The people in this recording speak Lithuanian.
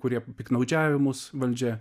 kurie piktnaudžiavimus valdžia